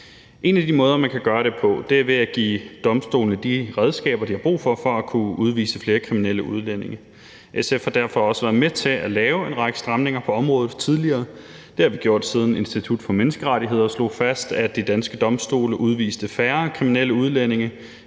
En af de måder, man kan gøre det på, er ved at give domstolene de redskaber, de har brug for, for at kunne udvise flere kriminelle udlændinge. SF har derfor også været med til at lave en række stramninger på området tidligere. Det har vi gjort, siden Institut for Menneskerettigheder slog fast, at de danske domstole udviste færre kriminelle udlændinge,